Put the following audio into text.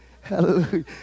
Hallelujah